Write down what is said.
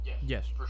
Yes